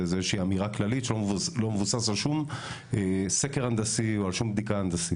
זו איזו שהיא אמירה כללית שלא מבוססת על שום סקר הנדסי או בדיקה הנדסית.